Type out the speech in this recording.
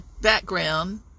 background